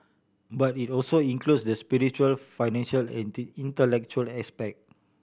but it also includes the spiritual financial and intellectual aspect